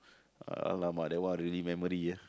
!alamak! that one really memory ah